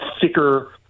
thicker